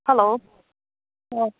hello ꯑꯥ